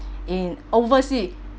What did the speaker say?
in oversea